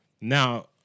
now